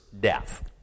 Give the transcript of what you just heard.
death